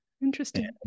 Interesting